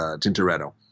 Tintoretto